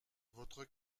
votre